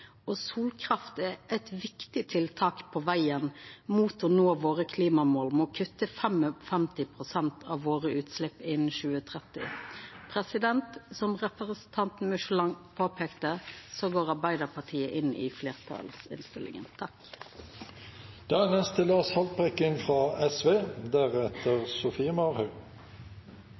Solkraft er eit viktig tiltak på vegen mot å nå våre klimamål om å kutta 55 pst. av våre utslepp innan 2030. Som representanten Mykjåland påpeikte, går Arbeidarpartiet inn fleirtalsinnstillinga.